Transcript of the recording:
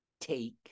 take